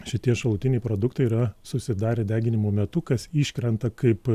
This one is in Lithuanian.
šitie šalutiniai produktai yra susidarę deginimo metu kas iškrenta kaip